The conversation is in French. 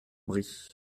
brie